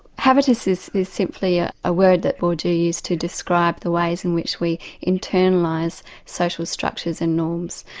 habitus is is simply a ah word that bourdieu used to describe the ways in which we internalise social structures and norms,